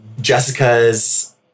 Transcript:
Jessica's